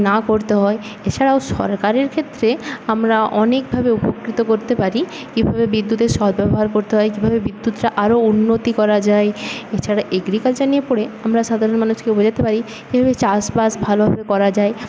না করতে হয় এছাড়াও সরকারের ক্ষেত্রে আমরা অনেকভাবে উপকৃত করতে পারি কীভাবে বিদ্যুৎয়ের সৎ ব্যবহার করতে হয় কীভাবে বিদ্যুৎটা আরও উন্নতি করা যায় এছাড়া এগ্রিকালচার নিয়ে পড়ে আমরা সাধারণ মানুষকে বোঝাতে পারি কীভাবে চাষ বাস ভালোভাবে করা যায়